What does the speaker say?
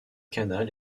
canal